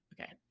Okay